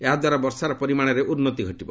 ଏହାଦ୍ୱାରା ବର୍ଷାର ପରିମାଣରେ ଉନ୍ତି ଘଟିବ